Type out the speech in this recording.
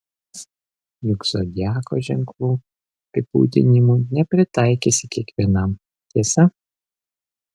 juk zodiako ženklų apibūdinimų nepritaikysi kiekvienam tiesa